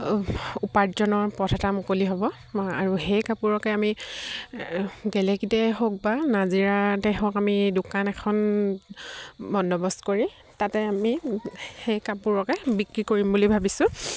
উপাৰ্জনৰ পথ এটা মুকলি হ'ব আৰু সেই কাপোৰকে আমি গেলেকিতে হওক বা নাজিৰাতে হওক আমি দোকান এখন বন্দবস্ত কৰি তাতে আমি সেই কাপোৰকে বিক্ৰী কৰিম বুলি ভাবিছোঁ